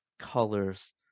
colors